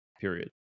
period